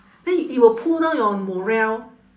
then it will pull down your morale